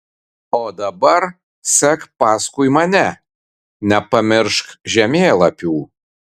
o dabar sek paskui mane nepamiršk žemėlapių